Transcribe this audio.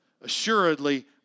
Assuredly